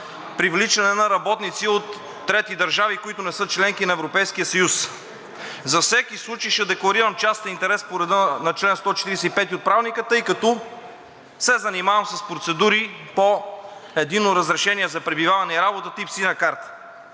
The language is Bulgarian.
привличане на работници от трети държави, които не са членки на Европейския съюз. За всеки случай ще декларирам частен интерес по реда на чл. 145 от Правилника, тъй като се занимавам с процедури по единно разрешение за пребиваване и работа тип „Синя карта“.